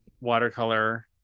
watercolor